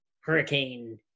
hurricane